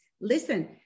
listen